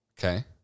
Okay